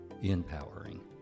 empowering